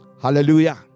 Hallelujah